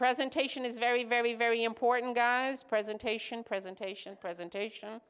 presentation is very very very important guys presentation presentation presentation